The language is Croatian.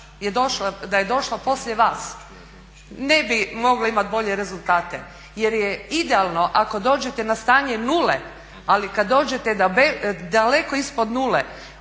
da je došla poslije vas ne bi mogla imati bolje rezultate jer je idealno ako dođete na stanje nule ali kad dođete daleko ispod nule